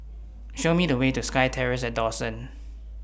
Show Me The Way to SkyTerrace At Dawson